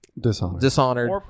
dishonored